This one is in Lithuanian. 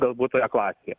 galbūt toje klasėje